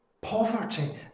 poverty